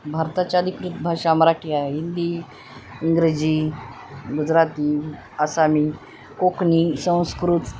भारताच्या अधिकृत भाषा मराठी आहे हिंदी इंग्रजी गुजराती आसामी कोकणी संस्कृत